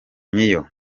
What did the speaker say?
niyo